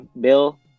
Bill